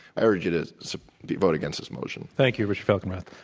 i urge you to so vote against this motion. thank you, richard falkenrath.